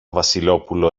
βασιλόπουλο